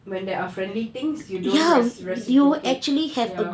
when there are friendly things you don't rec~ reciprocate ya